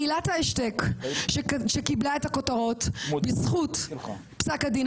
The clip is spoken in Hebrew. עילת ההשתק קיבלה את הכותרות בזכות פסק הדין